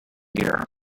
gear